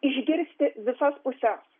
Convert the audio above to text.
išgirsti visas puses